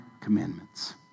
commandments